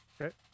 Okay